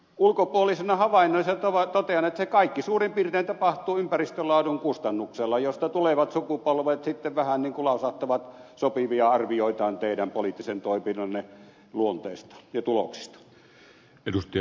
ulkopuolisena havainnoitsijana totean että se kaikki suurin piirtein tapahtuu ympäristön laadun kustannuksella mistä tulevat sukupolvet sitten vähän niin kuin lausahtavat sopivia arvioitaan teidän poliittisen toimintanne luonteesta ja tuloksista